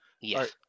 Yes